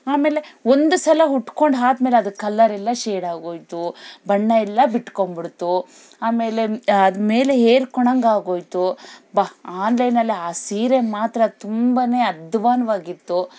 ಅಮೇಲೆ ಒಂದು ಸಲ ಉಟ್ಟ್ಕೊಂಡು ಆದ್ಮೇಲೆ ಅದು ಕಲರ್ ಎಲ್ಲ ಶೇಡ್ ಆಗೋಯಿತು ಬಣ್ಣ ಎಲ್ಲ ಬಿಟ್ಕೊಂಡ್ಬಿಡ್ತು ಅಮೇಲೆ ಮೇಲೆ ಏರ್ಕೊಂಡಂಗೆ ಆಗೋಯಿತು ಅಬ್ಬಾ ಆನ್ಲೈನಲ್ಲೇ ಆ ಸೀರೆನ ಮಾತ್ರ ತುಂಬನೇ ಅಧ್ವಾನ್ವಾಗಿತ್ತು